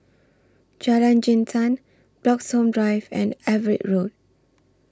Jalan Jintan Bloxhome Drive and Everitt Road